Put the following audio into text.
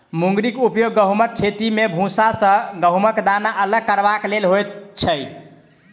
मुंगरीक उपयोग गहुमक खेती मे भूसा सॅ गहुमक दाना अलग करबाक लेल होइत छै